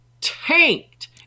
tanked